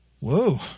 whoa